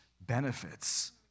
benefits